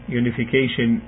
unification